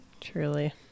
Truly